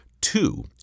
two